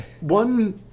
One